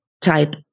type